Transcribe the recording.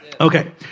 Okay